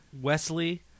Wesley